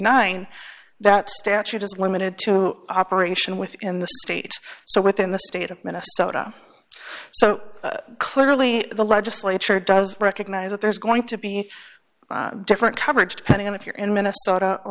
dollars that statute is limited to operation within the state so within the state of minnesota so clearly the legislature does recognize that there's going to be different coverage depending on if you're in minnesota or